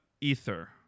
ether